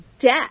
death